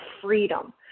freedom